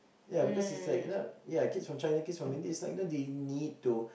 ya because it's like you know ya kids from China kids from Indian you know they need to